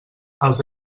els